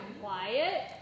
quiet